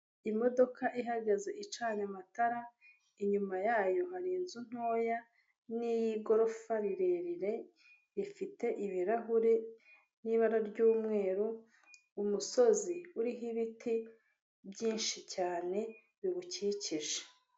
Imodoka ihagaze icanye amatara inyuma yayo hari inzu ntoya n'iy'igorofa rirerire rifite ibirahure n'ibara ry'umweru umusozi uriho ibiti byinshi cyane biwukikije.